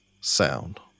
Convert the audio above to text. sound